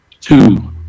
two